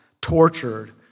tortured